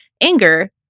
anger